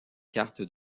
cartes